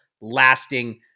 lasting